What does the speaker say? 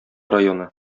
районы